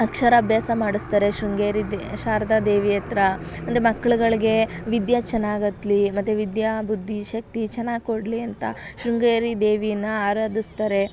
ಅಕ್ಷರಾಭ್ಯಾಸ ಮಾಡಿಸ್ತಾರೆ ಶೃಂಗೇರಿ ದೇ ಶಾರದಾ ದೇವಿ ಹತ್ರ ಒಂದು ಮಕ್ಳುಗಳ್ಗೆ ವಿದ್ಯೆ ಚೆನ್ನಾಗಿ ಹತ್ಲಿ ಮತ್ತು ವಿದ್ಯಾ ಬುದ್ದಿ ಶಕ್ತಿ ಚೆನ್ನಾಗಿ ಕೊಡಲಿ ಅಂತ ಶೃಂಗೇರಿ ದೇವಿಯನ್ನು ಆರಾಧಿಸ್ತಾರೆ